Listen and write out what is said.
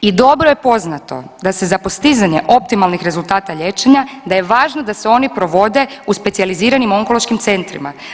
I dobro je poznato da se za postizanje optimalnih rezultata liječenja da je važno da se oni provode u specijaliziranim onkološkim centrima.